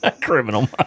Criminal